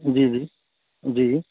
جی جی جی